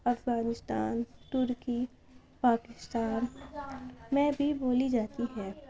Afghanistan Turkey Pakistan میں بھی بولی جاتی ہے